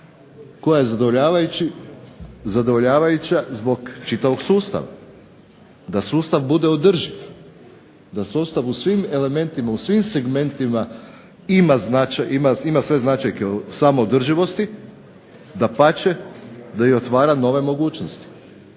koja je zadovoljavajuća zbog čitavog sustava, da sustav bude održiv, da sustav u svim elementima, u svim segmentima ima sve značajke samoodrživosti, dapače da i otvara nove mogućnosti